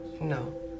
No